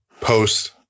post